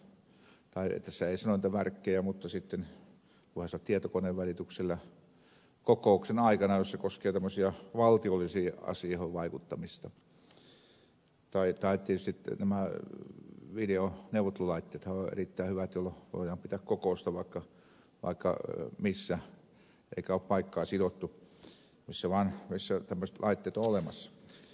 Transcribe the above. tai tässä ei sanota värkkejä mutta sitten voihan se olla tietokoneen välityksellä kokouksen aikana jos se koskee tämmöisiä valtiollisiin asioihin vaikuttamisia tai tietysti nämä videoneuvottelulaitteethan ovat erittäin hyvät jolloin voidaan pitää kokousta vaikka missä eikä ole paikkaan sidottu missä vaan tämmöiset laitteet on olemassa